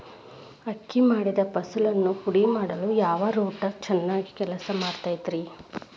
ಅಕ್ಕಿ ಮಾಡಿದ ಫಸಲನ್ನು ಪುಡಿಮಾಡಲು ಯಾವ ರೂಟರ್ ಚೆನ್ನಾಗಿ ಕೆಲಸ ಮಾಡತೈತ್ರಿ?